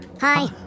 Hi